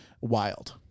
wild